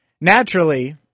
naturally